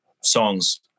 songs